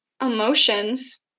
emotions